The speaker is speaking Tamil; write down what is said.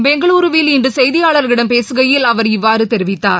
பெங்களுருவில் இன்று செய்தியாளர்களிடம் பேசுகையில் அவர் இவ்வாறு தெரிவித்தார்